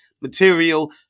material